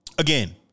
Again